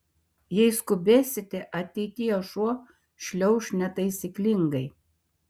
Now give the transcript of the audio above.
jei skubėsite ateityje šuo šliauš netaisyklingai